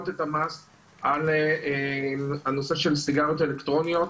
את המס על הנושא של סיגריות אלקטרוניות.